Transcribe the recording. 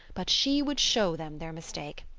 but she would show them their mistake.